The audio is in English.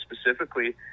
specifically